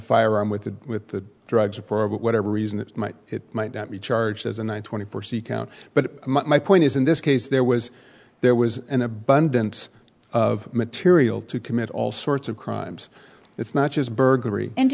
firearm with the with the drugs or for whatever reason it might it might not be charged as in one twenty four c count but my point is in this case there was there was an abundance of material to commit all sorts of crimes it's not just burglary and do